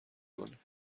کنیم